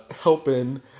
helping